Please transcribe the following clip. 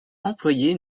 employé